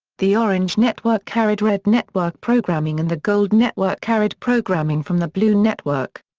the orange network carried red network programming and the gold network carried programming from the blue network.